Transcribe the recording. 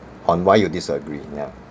on why you disagree yeah